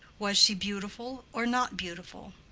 was she beautiful or not beautiful?